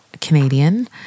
Canadian